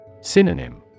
Synonym